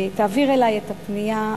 תעביר אלי את הפנייה.